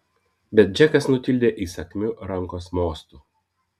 bet džekas nutildė įsakmiu rankos mostu